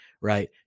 right